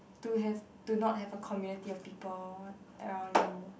to have to not have a community of people around you